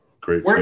Great